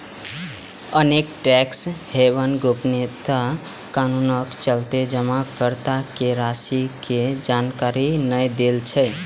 अनेक tax haven गोपनीयता कानूनक चलते जमाकर्ता के राशि के जानकारी नै दै छै